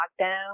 lockdown